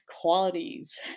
qualities